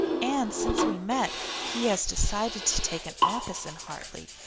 and since we met he has decided to take an office in hartley,